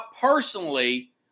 personally